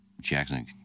Jackson